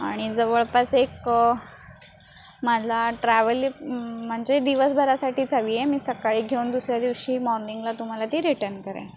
आणि जवळपास एक मला ट्रॅव्हलीप म्हणजे दिवसभरासाठीच हवी आहे मी सकाळी घेऊन दुसऱ्या दिवशी मॉर्निंगला तुम्हाला ती रिटन करेन